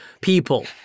people